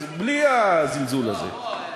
אז בלי הזלזול הזה.